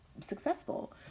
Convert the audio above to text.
successful